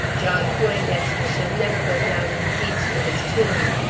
john poindexter shall never go down in peace to his tomb.